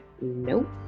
nope